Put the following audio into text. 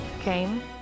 came